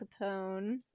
Capone